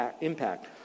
impact